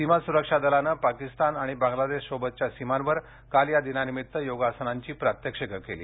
सीमा सुरक्षा दलाने पाकिस्तान आणि बांग्लादेशसोबतच्या सीमांवर काल या दिनानिमित्त योगासनांची प्रात्यक्षिके केली